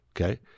Okay